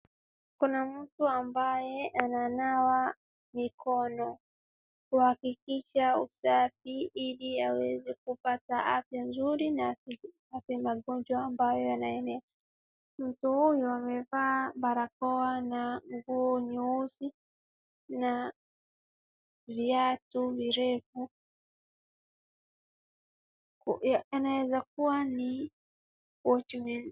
Kuna mtu ambaye ananawa mikono kuhakikisha usafi ili aweze kupata afya nzuri na asipate magonjwa ambayo yanaenea. Mtu huyo amevaa barakao na nguo nyeusi na viatu virefu. Anaeza kuwa ni watchman .